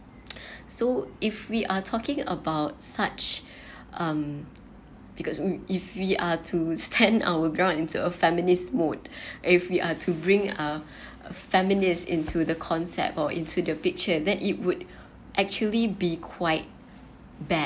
so if we are talking about such um because if we are to stand our ground into a feminist mode if we are to bring a feminist into the concept or into the picture then it would actually be quite bad